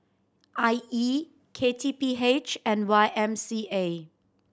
I E K T P H and Y M C A